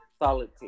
solid